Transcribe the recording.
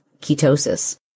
ketosis